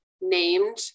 named